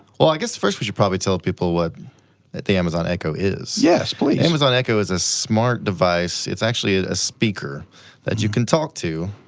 well i guess first, we should probably tell people what the amazon echo is. yes, please. amazon echo is a smart device, it's actually ah a speaker that you can talk to,